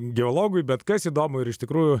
geologui bet kas įdomu ir iš tikrųjų